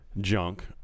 junk